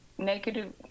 negative